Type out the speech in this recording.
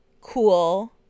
cool